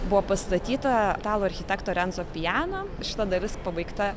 buvo pastatyta italų architekto renco piano šita dalis pabaigta